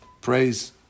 praise